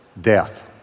Death